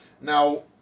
Now